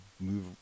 move